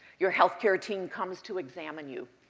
your healthcare team comes to examine you.